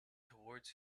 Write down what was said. toward